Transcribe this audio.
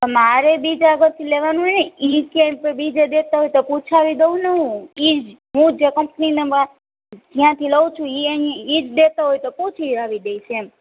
મારે બીજા આગરથી લેવાનું હોય એ ક્યાંય પણ બીજે દેતા હોય તો પૂછાવી દઉને હું એજ હું જે કંપની નંબર જ્યાંથી લઉ છું ઇ આયા ઈજ દેતો હોય તો પૂછી આવી દઇશ એમ